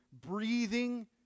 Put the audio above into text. breathing